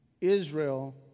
Israel